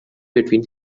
between